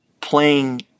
playing